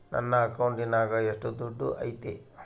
ನನ್ನ ಅಕೌಂಟಿನಾಗ ಎಷ್ಟು ದುಡ್ಡು ಐತಿ?